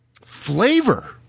flavor